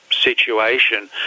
situation